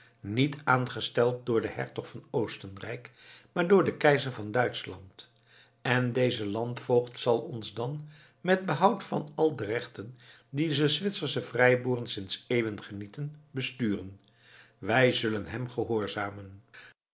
niet aangesteld door den hertog van oostenrijk maar door den keizer van duitschland en deze landvoogd zal ons dan met behoud van al de rechten die de zwitsersche vrijboeren sinds eeuwen genieten besturen wij zullen hem gehoorzamen